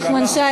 נחמן שי,